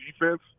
defense